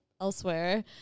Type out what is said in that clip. Elsewhere